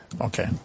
Okay